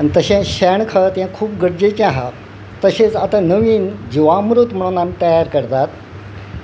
आनी तशें शेण खत हें खूब गरजेचें आसा तशेंच आतां नवीन जिवामृत म्हणून आमी तयार करतात